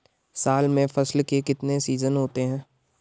साल में फसल के कितने सीजन होते हैं?